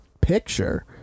picture